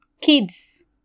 kids